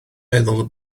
meddwl